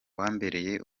wambereye